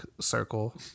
circle